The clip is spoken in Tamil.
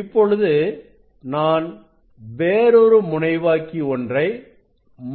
இப்பொழுது நான் வேறொரு முனைவாக்கி ஒன்றை